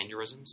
aneurysms